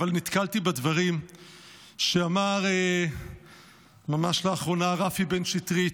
אבל נתקלתי בדברים שאמר ממש לאחרונה רפי בן שטרית,